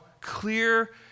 clear